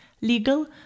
legal